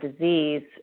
disease